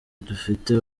bufite